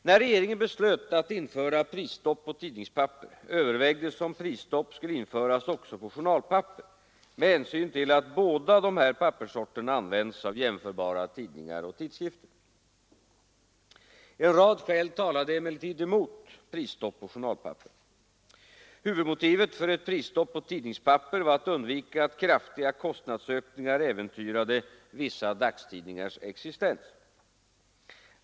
När regeringen beslöt att införa prisstopp på tidningspapper, övervägdes om prisstopp skulle införas också på journalpapper med hänsyn till att båda dessa papperssorter används av jämförbara tidningar och tidskrifter. En rad skäl talade emellertid mot prisstopp på journalpapper. Huvudmotivet för ett prisstopp på tidningspapper var att undvika att kraftiga kostnadsökningar äventyrade vissa dagstidningars existens.